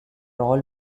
all